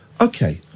okay